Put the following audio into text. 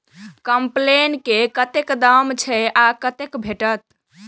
कम्पेन के कतेक दाम छै आ कतय भेटत?